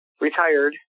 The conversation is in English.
retired